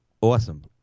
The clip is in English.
Awesome